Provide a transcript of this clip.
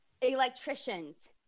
electricians